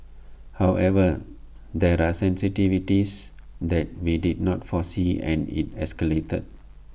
however there are sensitivities that we did not foresee and IT escalated